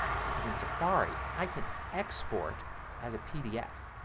since i'm in safari, i can export as a pdf.